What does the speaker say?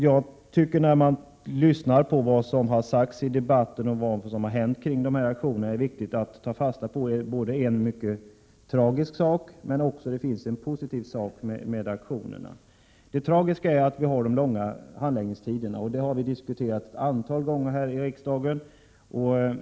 Efter att ha lyssnat till vad som sagts i debatten och tagit del av vad som hänt vid de här aktionerna tycker jag att det är viktigt att ta fasta på en mycket tragisk sak men också på en positiv sak med aktionerna. Det tragiska är de långa handläggningstiderna, som vi har diskuterat ett antal gånger här i riksdagen.